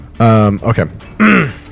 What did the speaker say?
Okay